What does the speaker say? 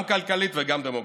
גם כלכלית וגם דמוגרפית.